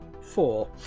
Four